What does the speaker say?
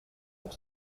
pour